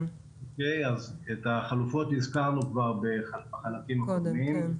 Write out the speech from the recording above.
את החלופות הזכרנו כבר בחלקים הקודמים,